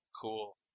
cool